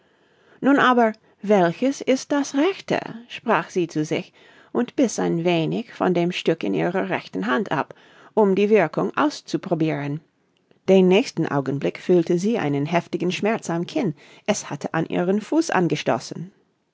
nun aber welches ist das rechte sprach sie zu sich und biß ein wenig von dem stück in ihrer rechten hand ab um die wirkung auszuprobiren den nächsten augenblick fühlte sie einen heftigen schmerz am kinn es hatte an ihren fuß angestoßen